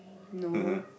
no